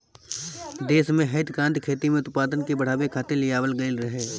देस में हरित क्रांति खेती में उत्पादन के बढ़ावे खातिर लियावल गईल रहे